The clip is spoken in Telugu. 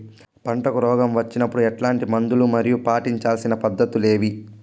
పంటకు రోగం వచ్చినప్పుడు ఎట్లాంటి మందులు మరియు పాటించాల్సిన పద్ధతులు ఏవి?